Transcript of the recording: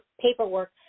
paperwork